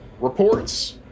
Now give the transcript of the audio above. reports